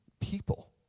people